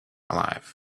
alive